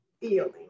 feeling